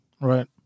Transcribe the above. Right